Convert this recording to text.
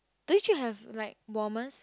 do you have like warmers